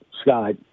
Scott